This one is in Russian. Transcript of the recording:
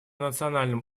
национальном